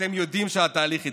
אתם יודעים שהתהליך התחיל.